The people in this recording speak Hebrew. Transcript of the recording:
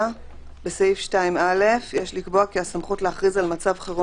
5. מחיקת סעיף 1 על כל סעיפי המשנה שבו.